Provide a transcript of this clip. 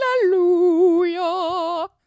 Hallelujah